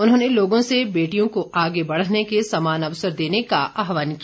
उन्होंने लोगों से बेटियों को आगे बढ़ने के समान अवसर देने का आहवान किया